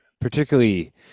particularly